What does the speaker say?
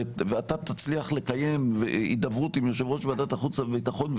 ואתה תצליח לקיים הידברות עם יושב-ראש ועדת החוץ והביטחון,